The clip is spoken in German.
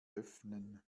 öffnen